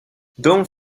don‘t